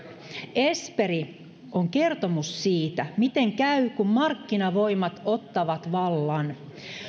esperi on kertomus siitä miten käy kun markkinavoimat ottavat vallan